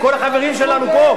כל החברים שלנו פה?